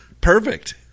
Perfect